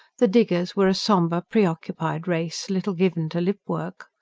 the diggers were a sombre, preoccupied race, little given to lip-work.